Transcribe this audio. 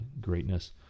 greatness